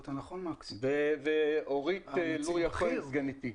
גם אורית לוריא כהן סגניתי.